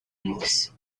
news